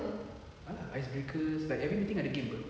ah lah icebreaker it's like every meeting ada game [pe]